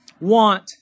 want